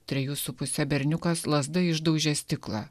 trejų su puse berniukas lazda išdaužė stiklą